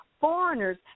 Foreigners